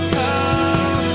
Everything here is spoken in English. come